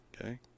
Okay